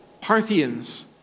Parthians